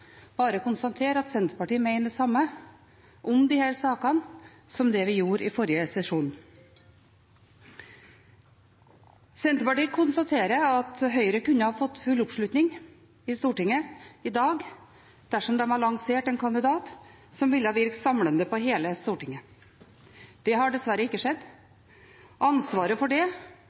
bare konstatere at Senterpartiet mener det samme om disse sakene som det vi gjorde i forrige sesjon. Senterpartiet konstaterer at Høyre kunne ha fått full oppslutning i Stortinget i dag dersom de hadde lansert en kandidat som ville virket samlende på hele Stortinget. Det har dessverre ikke skjedd. Ansvaret for det